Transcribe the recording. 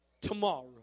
tomorrow